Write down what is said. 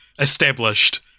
established